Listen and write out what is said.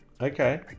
Okay